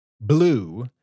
Blue